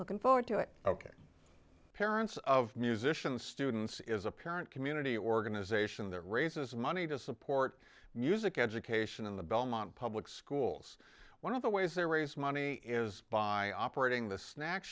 looking forward to it ok parents of musicians students is a parent community organization that raises money to support music education and the belmont public schools one dollar of the ways they raise money is by operating the snack